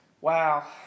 Wow